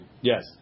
Yes